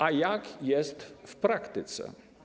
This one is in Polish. A jak jest w praktyce?